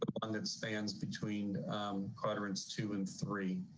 but one that stands between quadrants two and three,